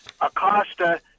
Acosta